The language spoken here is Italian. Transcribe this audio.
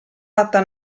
fatta